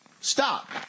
stop